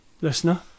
listener